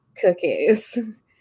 cookies